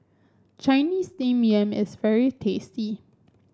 Chinese Steamed Yam is very tasty